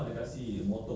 ya